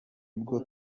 bwo